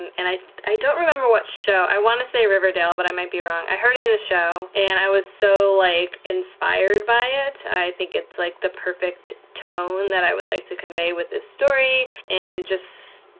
and i i don't remember what show. i wanna say riverdale but i might be wrong. i heard it in a show, and i was so, like, inspired by it. i think it's like the perfect tone that i would like to convey with the story, and just,